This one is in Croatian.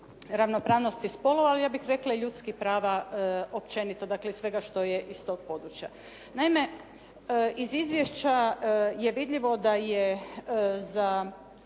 ravnopravnosti spolova, ali ja bih rekla i ljudskih prava općenito, dakle i svega što je iz tog područja. Naime, iz izvješća je vidljivo da je za